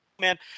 man